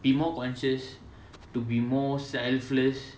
be more conscious to be more selfless